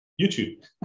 YouTube